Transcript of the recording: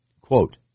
Quote